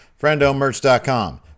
FriendoMerch.com